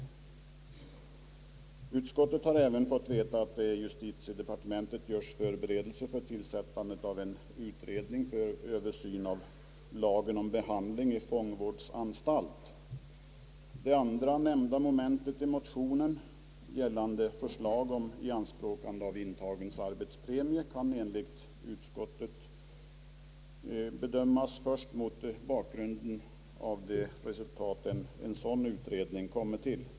Man har i utskottet även fått veta att det i justitiedepartementet görs förberedelser för tillsättandet av en utredning för översyn av lagen om behandling i fång vårdsanstalt. Det andra momentet i motionen, gällande förslag om ianspråktagande av intagens arbetspremie, kan enligt utskottet bedömas först mot bakgrunden av de resultat en sådan utredning kommer till.